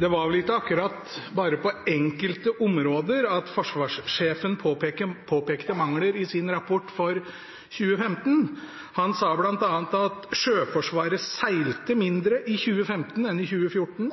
Det var vel ikke akkurat bare på enkelte områder at forsvarssjefen påpekte mangler i sin rapport for 2015. Han sa bl.a. at Sjøforsvaret seilte mindre i 2015 enn i 2014,